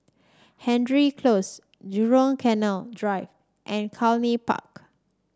Hendry Close Jurong Canal Drive and Cluny Park